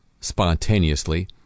spontaneously